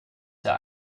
der